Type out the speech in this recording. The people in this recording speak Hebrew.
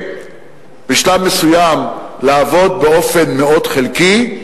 ובשלב מסוים לעבוד באופן מאוד חלקי,